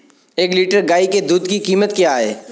एक लीटर गाय के दूध की कीमत क्या है?